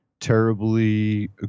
terribly